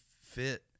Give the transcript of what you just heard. fit